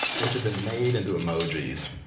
which have been made into emojis.